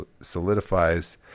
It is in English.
solidifies